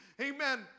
amen